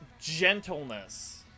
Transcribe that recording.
gentleness